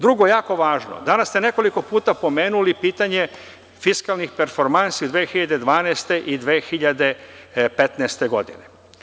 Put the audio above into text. Drugo, jako važno, danas ste nekoliko puta pomenuli pitanje fiskalnih performansi 2012. i 2015. godine.